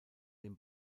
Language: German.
den